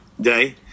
day